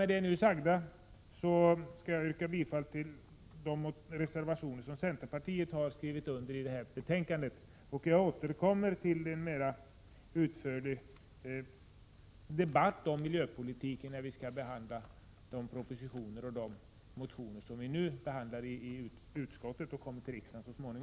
Med det nu sagda vill jag yrka bifall till de reservationer som centerpartiet har skrivit under i detta betänkande. Jag återkommer till en mera utförlig debatt om miljöpolitiken, när de propositioner och motioner som nu behandlas i utskottet så småningom kommer till kammaren.